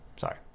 sorry